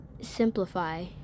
simplify